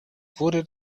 wurde